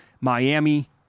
Miami